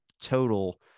total